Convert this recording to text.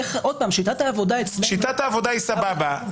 שיטת העבודה אצלנו --- שיטת העבודה היא סבבה.